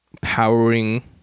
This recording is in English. powering